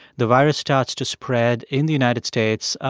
the virus starts to spread in the united states, ah